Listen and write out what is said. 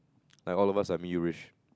I all of us I'm